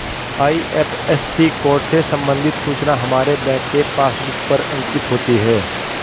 IFSC code से संबंधित सूचना हमारे बैंक के पासबुक पर अंकित होती है